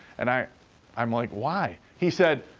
and i'm i'm like, why? he said,